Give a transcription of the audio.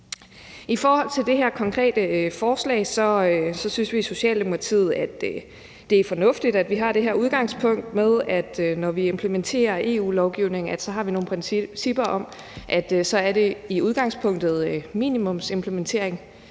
I forhold til det her konkrete forslag synes vi i Socialdemokratiet, at det er fornuftigt, at vi har det her udgangspunkt med, at når vi implementerer EU-lovgivning, så har vi nogle principper om, at så er det i udgangspunktet minimumsimplementering.